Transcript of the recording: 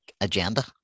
agenda